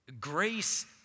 Grace